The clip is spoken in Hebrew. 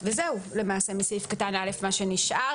וזהו מסעיף קטן (א) מה שנשאר,